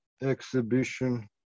exhibition